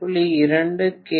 2 K